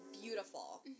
beautiful